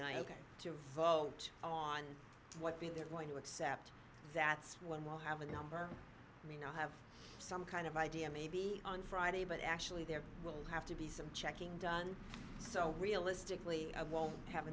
night to vote on what bill they're going to accept that's when we'll have a number you know have some kind of idea maybe on friday but actually there will have to be some checking done so realistically i won't have a